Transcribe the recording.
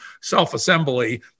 self-assembly